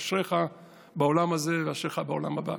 אשריך בעולם הזה וטוב לך לעולם הבא".